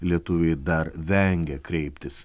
lietuviai dar vengia kreiptis